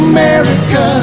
America